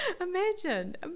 Imagine